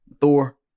Thor